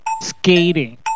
Skating